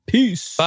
Peace